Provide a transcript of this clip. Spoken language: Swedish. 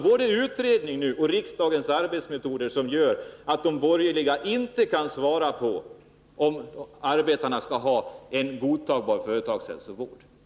Både utredningen och riksdagens arbetsmetoder gör alltså att de borgerliga inte kan svara på frågan om arbetare skall ha en godtagbar företagshälsovård.